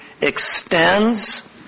extends